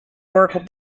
oracle